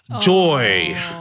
Joy